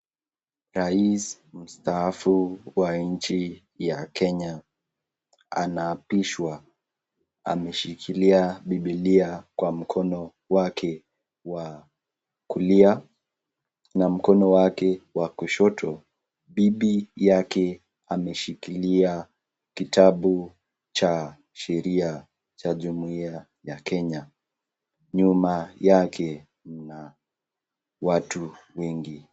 Rais mstaafu wa nchini ya kenya anaapishwa ameshikilia bibilia mkono wake wa kulia na mkono wake wa kushoto. Bibi yake ameshikilia kitabu cha sheria cha jumuia ya kenya, nyuma yake kuna watu wengi.